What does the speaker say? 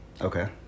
Okay